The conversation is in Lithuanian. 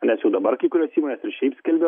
nes jau dabar kai kurios įmonės ir šiaip skelbia